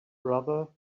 brother